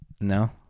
no